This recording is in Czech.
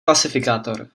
klasifikátor